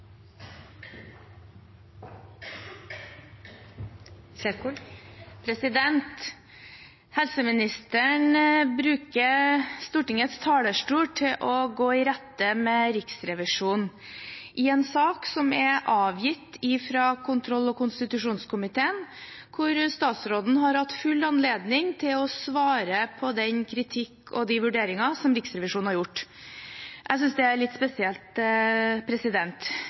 Helseministeren bruker Stortingets talerstol til å gå i rette med Riksrevisjonen i en sak som er avgitt fra kontroll- og konstitusjonskomiteen, og hvor statsråden har hatt full anledning til å svare på den kritikken og de vurderingene som Riksrevisjonen har gjort. Jeg synes det er litt spesielt.